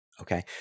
okay